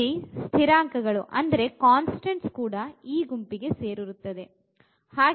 ಇಲ್ಲಿ ಸ್ಥಿರಾಂಕಗಳು ಕೂಡ ಈ ಗುಂಪಿಗೆ ಸೇರಿರುತ್ತದೆ